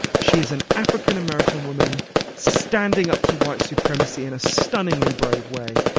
she is an african american woman standing up to white supremacy in a stunningly brave way,